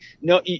no